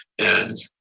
and